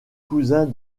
cousin